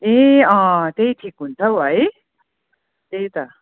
ए अँ अँ त्यही ठिक हुन्छ हौ है त्यही त